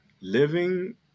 Living